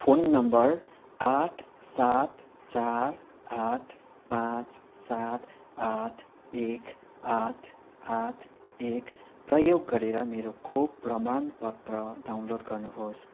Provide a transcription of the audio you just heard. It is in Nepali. फोन नम्बर आठ सात चार आठ पाँच सात आठ एक आठ आठ एक प्रयोग गरेर मेरो खोप प्रमाणपत्र डाउनलोड गर्नुहोस्